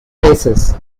races